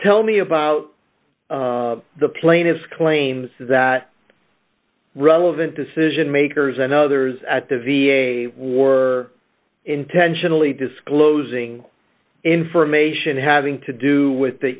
tell me about the plaintiff's claims that relevant decision makers and others at the v a were intentionally disclosing information having to do with the